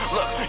Look